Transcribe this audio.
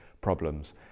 problems